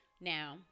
now